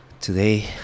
today